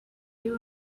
you